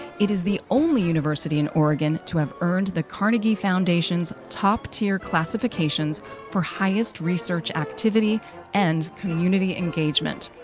it is the only university in oregon to have earned the carnegie foundation's top-tier classifications for highest research activity and community engagement.